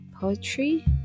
poetry